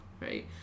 right